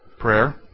Prayer